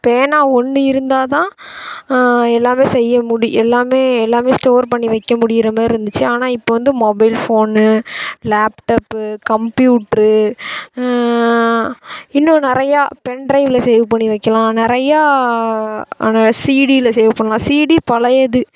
பேனா ஒன்று இருந்தால் தான் எல்லாம் செய்ய முடி எல்லாம் எல்லாம் ஸ்டோர் பண்ணி வைக்க முடிகிற மாரி இருந்துச்சு ஆனால் இப்போ வந்து மொபைல் ஃபோனு லேப்டப்பு கம்ப்யூட்ரு இன்னும் நிறையா பென்ட்ரைவ்வில் சேவ் பண்ணி வைக்கலாம் நிறையா சீடியில் சேவ் பண்ணலாம் சிடி பழையது